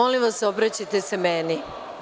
Molim vas, obraćajte se meni.